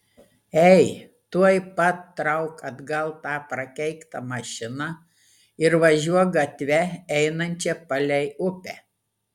ei tuoj pat trauk atgal tą prakeiktą mašiną ir važiuok gatve einančia palei upę